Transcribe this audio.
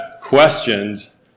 questions